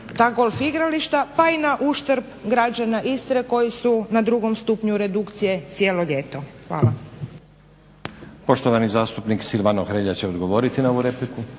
ta golf igrališta pa i na uštrb građana Istre koji su na 2.stupnju redukcije cijelo ljeto. Hvala.